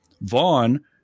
Vaughn